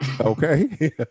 Okay